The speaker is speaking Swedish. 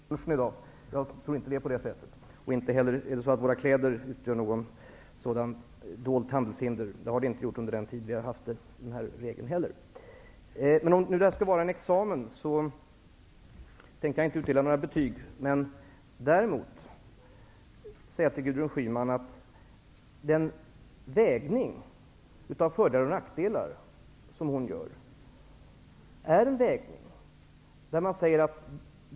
Herr talman! Att färskheten hos matbröd skulle vara ett dolt handelshinder får vi kanske ta upp på lunchen i dag, Hadar Cars. Jag tror inte att det är på det sättet. Inte heller är det så att ursprungsmärkning av våra kläder utgör något dolt handelshinder. Det har det inte gjort under den tid vi har haft den regeln. Om nu det här skall vara en examen, tänkte jag inte utdela några betyg. Däremot vill jag säga ett par ord till Gudrun Schyman om den vägning hon gör av fördelar och nackdelar.